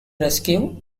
rescue